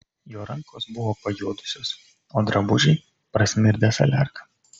jo rankos buvo pajuodusios o drabužiai prasmirdę saliarka